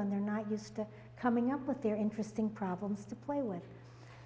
when they're not used to coming up with their interesting problems to play with